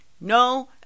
no